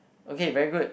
okay very good